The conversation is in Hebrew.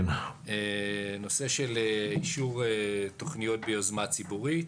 (שקף: אישור תוכניות ביוזמה ציבורית